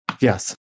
Yes